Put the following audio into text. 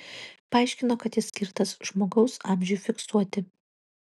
paaiškino kad jis skirtas žmogaus amžiui fiksuoti